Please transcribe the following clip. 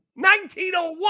1901